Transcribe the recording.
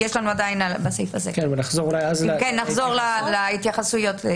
נחזור להתייחסויות.